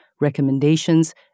recommendations